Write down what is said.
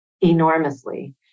enormously